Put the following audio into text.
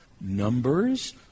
Numbers